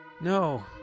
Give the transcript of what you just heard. No